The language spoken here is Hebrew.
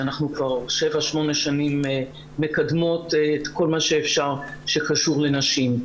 שאנחנו כבר שבע או שמונה שנים מקדמות את כל מה שאפשר שקשור לנשים.